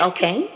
Okay